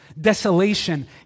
desolation